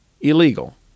illegal